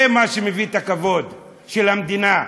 זה מה שמביא את הכבוד של המדינה,